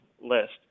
list